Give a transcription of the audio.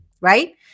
right